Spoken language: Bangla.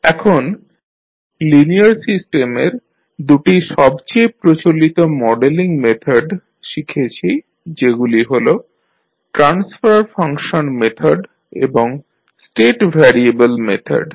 এখন লিনিয়ার সিস্টেমের দু'টি সবচেয়ে প্রচলিত মডেলিং মেথড শিখেছি যেগুলি হল ট্রান্সফার ফাংশন মেথড এবং স্টেট ভ্যারিয়েবেল মেথড